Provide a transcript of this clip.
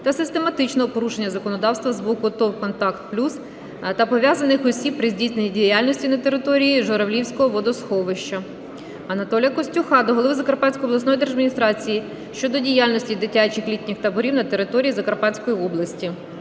та систематичного порушення законодавства з боку ТОВ "Контакт-Плюс" та пов'язаних осіб при здійсненні діяльності на території Журавлівського водосховища. Анатолія Костюха до голови Закарпатської обласної держадміністрації щодо діяльності дитячих літніх таборів на території Закарпатської області.